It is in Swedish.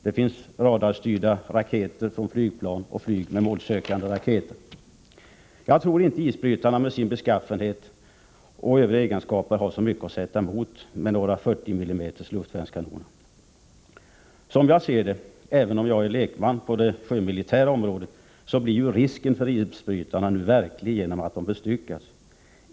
Det finns radarstyrda raketer som kan skjutas i väg från flygplan, och flyg med målsökande raketer. Jag tror inte att isbrytarna, med sina tidigare nämnda egenskaper, har så mycket att sätta emot med 40 mm luftvärnskanoner. Jag är i och för sig lekman på det sjömilitära området, men som jag ser det blir risken för isbrytarna verklig genom att de bestyckas.